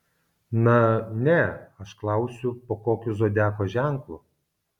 na ne aš klausiu po kokiu zodiako ženklu